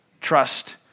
Trust